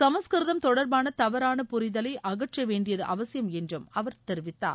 சமஸ்கிருத்ம் தொடர்பான தவறான புரிதலை அகற்ற வேண்டியது அவசியம் என்றும் அவர் தெரிவித்தார்